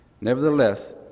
Nevertheless